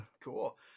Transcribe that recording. Cool